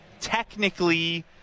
technically